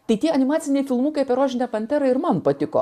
tai tie animaciniai filmukai apie rožinę panterą ir man patiko